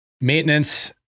maintenance